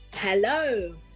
Hello